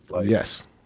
Yes